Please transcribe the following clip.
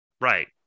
right